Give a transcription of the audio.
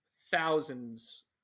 thousands